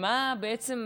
שמה בעצם,